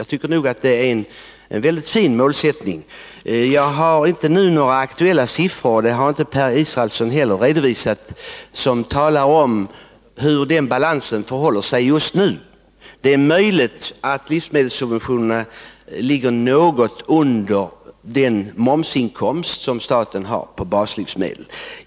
Jag tycker det är en mycket fin målsättning. Jag har inte nu några aktuella siffror — och det har inte Per Israelsson heller redovisat — som talar om hur den balansen förhåller sig just nu. Det är möjligt att livsmedelssubventionerna ligger något under den momsinkomst staten har på baslivsmedel.